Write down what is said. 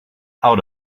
out